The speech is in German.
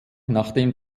nachdem